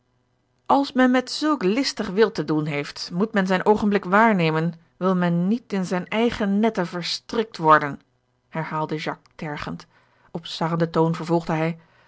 als men met zulk listig wild te doen heeft moet men zijn oogenblik waarnemen wil men niet in zijne eigene netten verstrikt worden herhaalde jacques tergend op sarrenden toon vervolgde hij